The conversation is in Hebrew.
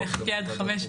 ההסכם הסופי לא נחתם.